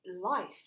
life